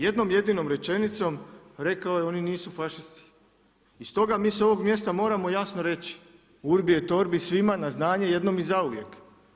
Jednom jedinom rečenicom rekao je oni su fašisti i stoga mi sa ovog mjesta moramo jasno reći Urbi et orbi svima na znanje jednom i zauvijek.